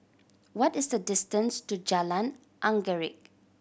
what is the distance to Jalan Anggerek